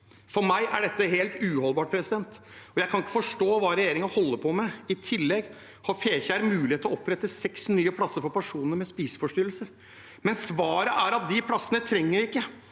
For meg er dette helt uholdbart, og jeg kan ikke forstå hva regjeringen holder på med. I tillegg har Fekjær mulighet til å opprette seks nye plasser for personer med spiseforstyrrelser, men svaret er at vi ikke trenger de